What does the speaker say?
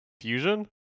Fusion